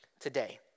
today